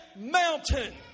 mountain